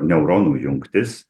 neuronų jungtis